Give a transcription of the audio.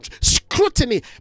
scrutiny